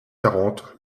quarante